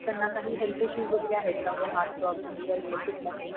त्यांना काही health issues वगैरे आहेत का म्हणजे हार्ट प्रॉब्लेम किंवा इतर कुठलाही